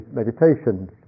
meditations